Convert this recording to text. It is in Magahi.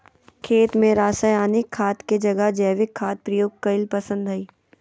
खेत में रासायनिक खाद के जगह जैविक खाद प्रयोग कईल पसंद हई